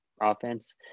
offense